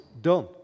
done